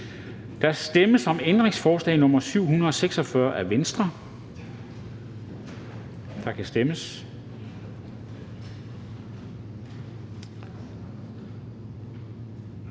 Der stemmes om ændringsforslag nr. 749 af DF, og der kan stemmes.